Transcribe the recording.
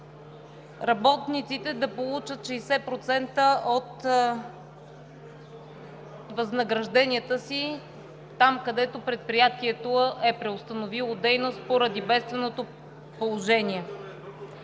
работниците да получат 60% от възнагражденията си там, където предприятието е преустановило дейност поради бедственото положение.